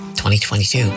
2022